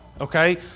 Okay